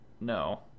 No